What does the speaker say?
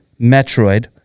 Metroid